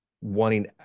wanting